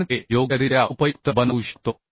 आपण ते योग्यरित्या उपयुक्त बनवू शकतो